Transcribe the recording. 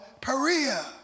Perea